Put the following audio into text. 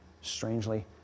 strangely